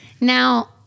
now